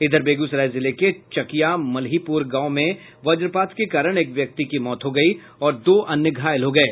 इधर बेगूसराय जिले के चकिया मल्हिपूर गांव में वजपात के कारण एक व्यक्ति की मौत हो गयी और दो अन्य घायल हो गये